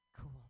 Cool